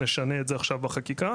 נשנה את זה עכשיו בחקיקה.